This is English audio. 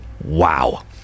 Wow